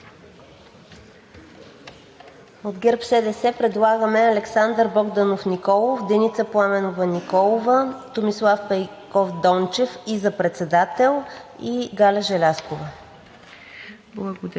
От ГЕРБ-СДС предлагаме Александър Богданов Николов, Деница Пламенова Николова, Томислав Пейков Дончев и за председател, и Галя Желязкова.